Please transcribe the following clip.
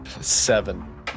Seven